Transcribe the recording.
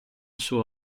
suo